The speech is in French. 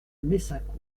messincourt